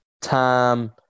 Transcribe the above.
time